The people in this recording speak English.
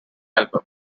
album